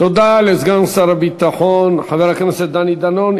תודה לסגן שר הביטחון חבר הכנסת דני דנון.